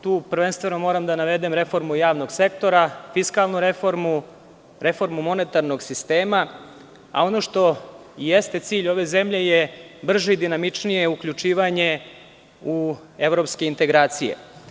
Tu prvenstveno moram da navedem reformu javnog sektora, fiskalnu reformu, reformu monetarnog sistema, a ono što jeste cilj ove zemlje je brže i dinamičnije uključivanje u evropske integracije.